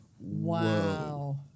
wow